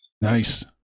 Nice